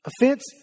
Offense